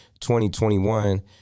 2021